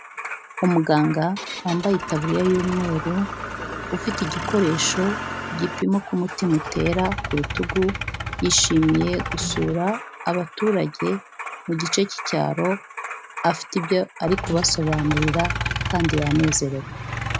Umuganga wambaye itaburiya y'umweru, ufite igikoresho gipima uko umutima utera ku rutugu, yishimiye gusura abaturage mu gice cy'icyaro, afite ibyo ari kubasobanurira kandi yanezerewe.